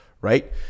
right